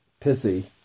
pissy